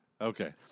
Okay